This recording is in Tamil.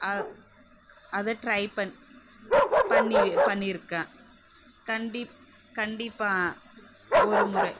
அதை ட்ரை பண் பண்ணி பண்ணியிருக்கேன் கண்டிப் கண்டிப்பாக ஒருமுறை